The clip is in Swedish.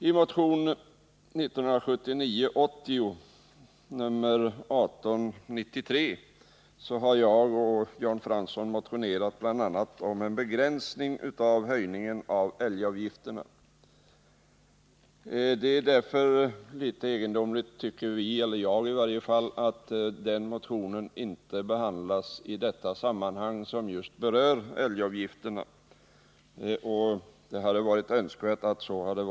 I motion 1979/80:1893 har jag och Jan Fransson motionerat bl.a. om en begränsning av höjningen av älgavgifterna. Jag tycker det är litet egendomligt att den motionen inte har behandlats i detta sammanhang, som ju just berör älgavgifterna. Det hade varit önskvärt att så skett.